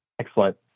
Excellent